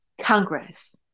Congress